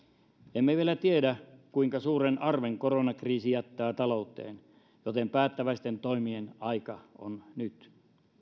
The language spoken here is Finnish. emme vielä tiedä kuinka suuren arven koronakriisi jättää talouteen joten päättäväisten toimien aika on nyt